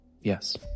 Yes